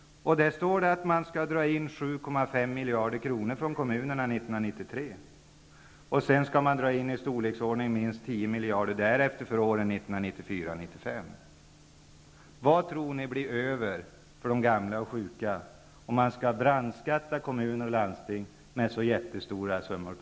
Där står att man skall dra in 7,5 miljarder kronor från kommunerna 1993. Sedan skall man dra in i storleksordningen minst 10 miljarder åren 1994 och 1995. Vad tror ni blir över till de gamla och sjuka, om man skall brandskatta kommuner och landsting på så stora summor?